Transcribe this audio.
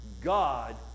God